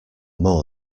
more